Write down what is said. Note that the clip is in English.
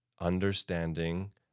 understanding